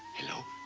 hello?